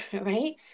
right